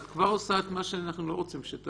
את כבר עושה את מה שאנחנו לא רוצים שתעשי.